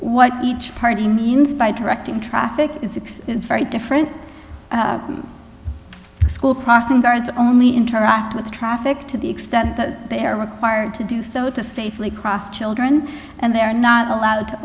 what each party means by direct traffic in six is very different school crossing guards only interact with traffic to the extent that they are required to do so to safely cross children and they're not allowed to